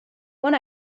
one